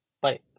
Bye